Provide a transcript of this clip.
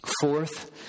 Fourth